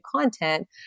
content